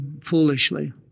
Foolishly